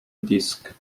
disk